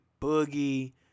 boogie